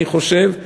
אני חושב.